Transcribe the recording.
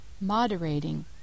moderating